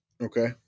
Okay